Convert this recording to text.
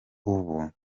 ubu